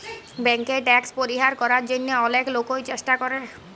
ব্যাংকে ট্যাক্স পরিহার করার জন্যহে অলেক লোকই চেষ্টা করে